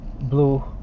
blue